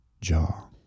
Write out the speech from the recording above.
jaw